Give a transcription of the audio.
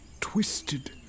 twisted